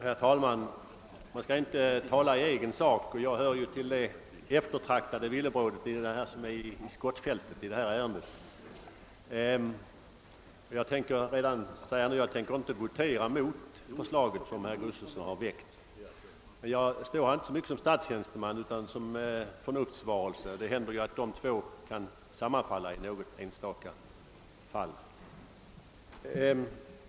Herr talman! Man skall inte tala i egen sak och jag hör ju till de eftertraktade villebråden som befinner sig i skottfältet då det gäller det här ärendet. Redan nu kan jag säga att jag inte tänker votera mot det förslag som väckts av herr Gustavsson i Alvesta. Men jag står inte här så mycket i egenskap av statstjänsteman utan som förnuftsvarelse, och det händer ju att dessa två kan sammanfalla i något enstaka fall.